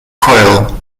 coyle